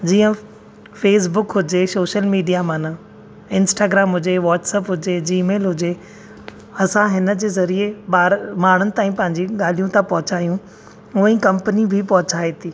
जीअं फेसबुक हुजे social media माना इंस्टाग्राम हुजे वॉटसैप हुजे जी मेल हुजे असां हिन जे ज़रीए माण्हुनि ताईं पांहिंजी ॻाल्हियूं ताईं पहुचायूं हुअं ई कम्पनी बि पहुचाए थी